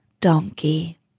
donkey